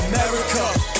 America